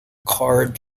card